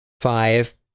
Five